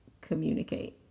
communicate